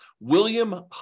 William